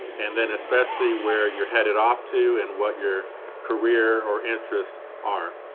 and then especially where you're headed off to and what your career or interests are.